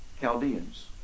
Chaldeans